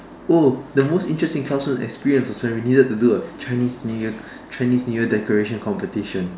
oh the most interesting classroom experience was when we needed to do a Chinese new year Chinese new year decoration competition